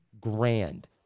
grand